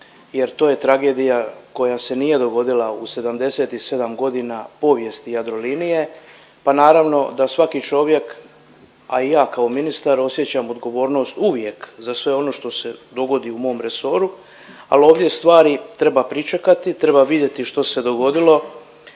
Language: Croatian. jer to je tragedija koja se nije dogodila u 77 godina povijesti Jadrolinije, pa naravno da svaki čovjek, a i ja kao ministar osjećam odgovornost uvijek za sve ono što se dogodi u mom resoru ali ovdje stvari treba pričekati, treba vidjeti što se dogodilo.